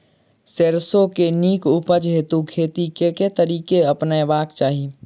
सैरसो केँ नीक उपज हेतु खेती केँ केँ तरीका अपनेबाक चाहि?